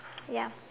ya